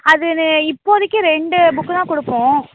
அதுன்னு இப்போதைக்கி ரெண்டு புக்குதான் கொடுப்போம்